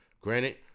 granted